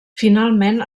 finalment